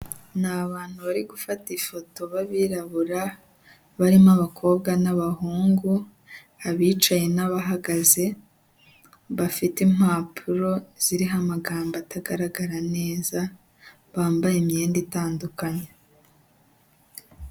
Ni abantu bari gufata ifoto b'abirabura barimo abakobwa n'abahungu, abicaye n'abahagaze. Bafite impapuro ziriho amagambo atagaragara neza bambaye imyenda itandukanye.